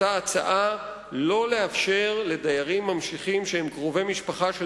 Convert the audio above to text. אותה הצעה שלא לאפשר לדיירים ממשיכים שהם קרובי משפחה של